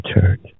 church